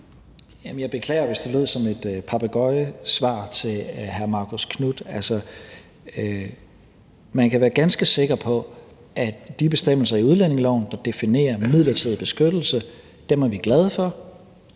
jeg beklager, hvis det lød som et papegøjesvar til hr. Marcus Knuth. Altså, man kan være ganske sikker på, at vi er glade for de bestemmelser i udlændingeloven, der definerer midlertidig beskyttelse. De kommer ikke til